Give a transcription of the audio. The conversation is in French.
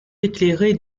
éclairés